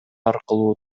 аркылуу